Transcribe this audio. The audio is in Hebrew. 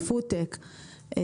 לפודטק,